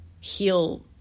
heal